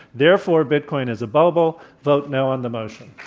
therefore, bitcoin is a bubble. vote no on the motion.